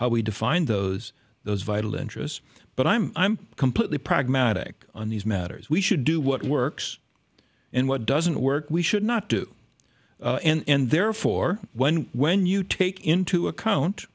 how we define those those vital interests but i'm i'm completely pragmatic on these matters we should do what works and what doesn't work we should not do and therefore when when you take into account